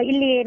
Ili